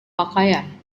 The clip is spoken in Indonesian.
pakaian